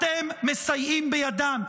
אתם מסייעים בידם,